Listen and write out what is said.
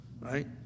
Right